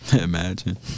Imagine